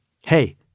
Hey